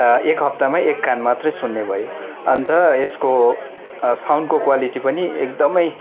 एक हफ्तामा एक कान मात्र सुन्ने भए अन्त यसको साउन्डको क्वालिटी पनि एकदमै